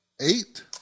Eight